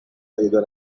either